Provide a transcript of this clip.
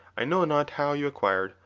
i know not how you acquired,